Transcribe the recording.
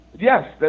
yes